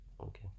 okay